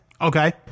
Okay